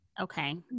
Okay